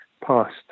past